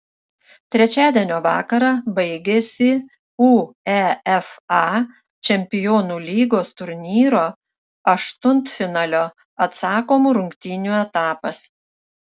trečiadienio vakarą baigėsi uefa čempionų lygos turnyro aštuntfinalio atsakomų rungtynių etapas